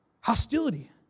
Hostility